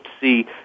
see